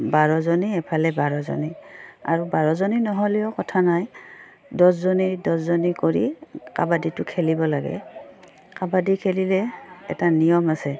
বাৰজনী এফালে বাৰজনী আৰু বাৰজনী নহ'লেও কথা নাই দহজনী দহজনী কৰি কাবাডীটো খেলিব লাগে কাবাডী খেলিলে এটা নিয়ম আছে